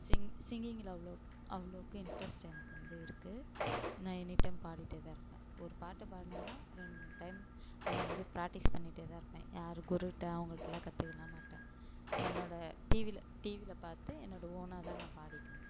சிங் சிங்கிங்லில் அவ்வளோ அவ்வளோக்கு இன்ட்ரஸ்ட் எனக்கு வந்து இருக்குது நான் எனிடைம் பாடிகிட்டேதான் இருப்பேன் ஒரு பாட்டு பாடினேன்னா ரெண்ட் டைம் அது வந்து பிராக்டிஸ் பண்ணிட்டேதான் இருப்பேன் யார் குருகிட்ட அவங்கள்டலாம் கத்துக்கல்லாம் மாட்டேன் என்னோடய டிவியில் டிவியில் பார்த்து என்னோடய ஓனாகதான் நான் பாடிக்குவேன்